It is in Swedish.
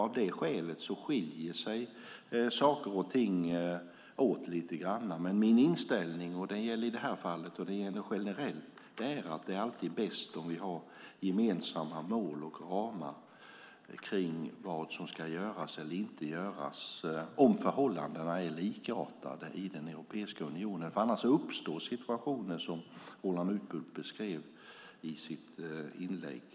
Av det skälet skiljer sig saker och ting åt lite grann, men min inställning, och den gäller i det här fallet och generellt, är att det alltid är bäst om vi har gemensamma mål och ramar för vad som ska göras eller inte göras om förhållandena är likartade i Europeiska unionen, annars uppstår sådana situationer som den Roland Utbult beskrev i sitt tidigare inlägg.